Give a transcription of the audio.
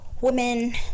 women